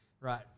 right